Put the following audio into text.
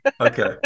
Okay